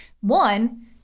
one